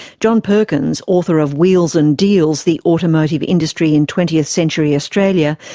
john perkins, author of wheels and deals the automotive industry in twentieth century australia,